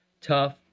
tough